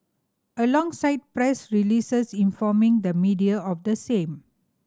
alongside press releases informing the media of the same